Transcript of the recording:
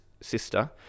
sister